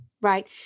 Right